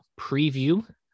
preview